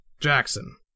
Jackson